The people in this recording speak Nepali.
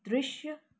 दृश्य